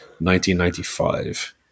1995